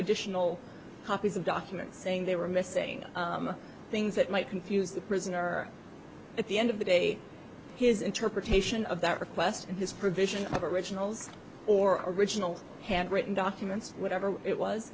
additional copies of documents saying they were missing things that might confuse the prisoner at the end of the day his interpretation of that request and his provision of originals or original handwritten documents whatever it was